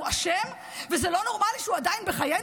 "אשם" ושזה לא נורמלי שהוא עדיין בחיינו?